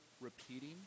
repeating